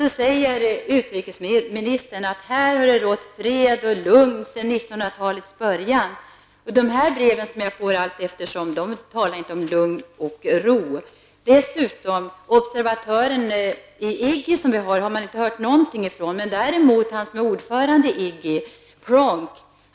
Så säger utrikesministern att här har det rått fred och lugn sedan 1990-talets början. De brev som jag får allteftersom talar inte om lugn och ro. Från den observatör som vi har i IGGI har vi inte hört någonting, däremot från ordföranden i IGGI, Pronk.